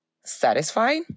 satisfied